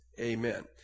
Amen